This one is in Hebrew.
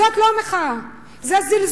זאת לא מחאה, זה זלזול.